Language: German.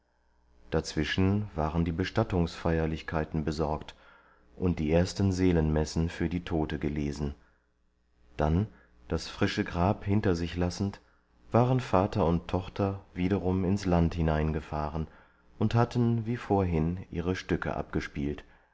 dazwischen waren die bestattungsfeierlichkeiten besorgt und die ersten seelenmessen für die tote gelesen dann das frische grab hinter sich lassend waren vater und tochter wiederum ins land hineingefahren und hatten wie vorhin ihre stücke abgespielt